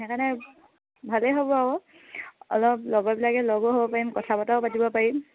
সেইকাৰণে ভালেই হ'ব আকৌ অলপ লগৰবিলাকে লগো হ'ব পাৰিম কথা বতৰাও পাতিব পাৰিম